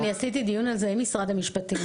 אני קיימתי דיון על זה עם משרד המשפטים.